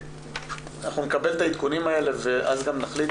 אנחנו נקבל את העדכונים האלה ואז גם נחליט,